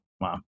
Wow